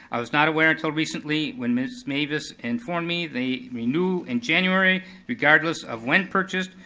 i was not aware until recently when miss mavis informed me the renewal in january regardless of when purchased,